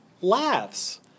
laughs